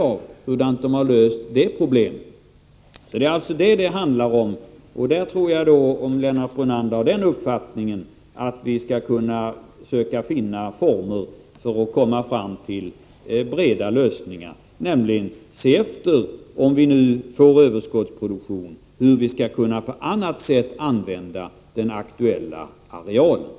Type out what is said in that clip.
Att söka alternativa användningsmöjligheter var ju en av de väsentligaste uppgifterna för livsmedelspolitiska utredningen. Det skall bli intressant att ta del av hur den löst det problemet.